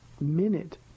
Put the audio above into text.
minute